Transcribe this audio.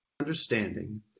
understanding